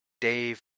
Dave